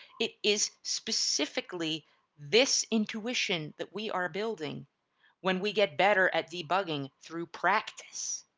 it is specifically this intuition that we are building when we get better at debugging through practice.